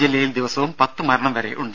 ജില്ലയിൽ ദിവസവും പത്ത് മരണം വരെയുണ്ട്